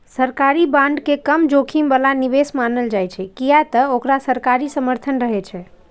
सरकारी बांड के कम जोखिम बला निवेश मानल जाइ छै, कियै ते ओकरा सरकारी समर्थन रहै छै